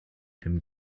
dem